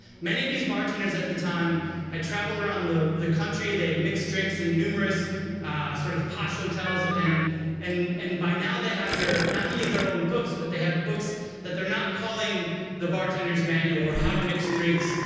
many of these bartenders at the time had travelled around the the country, they had mixed drinks in numerous sort of posh hotels, and and and by now they have not only their own books, but they have books that they're not calling the bartender's manual or how to mix drinks,